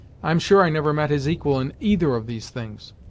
i'm sure i never met his equal in either of these things.